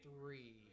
three